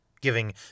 giving